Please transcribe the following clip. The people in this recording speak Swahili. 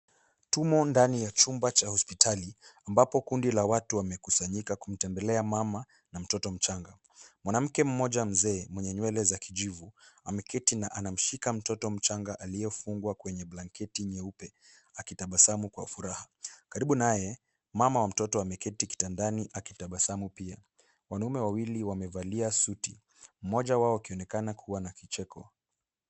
Tumo ndani ya chumba cha hospitali ambapo kundi la watu wamekusanyika kumtembelea mama na mtoto mchanga. Mwanamke mmoja mzee mwenye nywele za kijivu ameketi na anamshika mtoto mchanga aliyefungwa kwa blanketi nyeupe akitabasamu kwa furaha. Karibu naye, mama wa mtoto ameketi kitandani akitabasamu pia. Wanaume wawili wamevalia suti, mmoja wao akionekana kuwa na kicheko.